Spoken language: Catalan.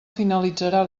finalitzarà